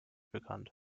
bekannt